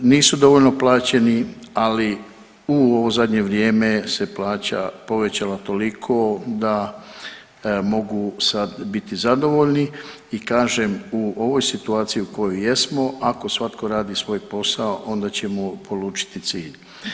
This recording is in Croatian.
Nisu dovoljno plaćeni, ali u ovo zadnje vrijeme se plaća povećala toliko da mogu sad biti zadovoljni i kažem u ovoj situaciji u kojoj jesmo ako svatko radi svoj posao onda ćemo polučiti cilj.